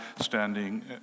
standing